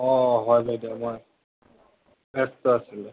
অঁ হয় বাইদেউ হয় ব্যস্ত আছিলোঁ